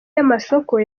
y’amasoko